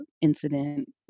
incident